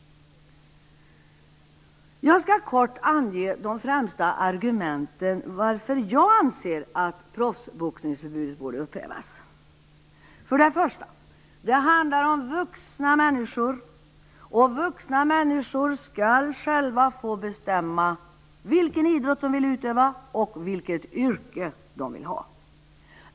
Jag skall kort ange de främsta argumenten varför jag anser att proffsboxningsförbudet borde upphävas. För det första: Det handlar om vuxna människor. Vuxna människor skall själva få bestämma vilken idrott de vill utöva och vilket yrke de skall ha.